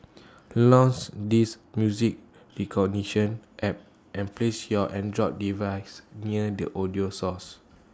launch this music recognition app and place your Android device near the audio source